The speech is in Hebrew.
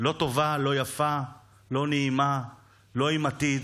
לא טובה, לא יפה, לא נעימה ולא עם עתיד.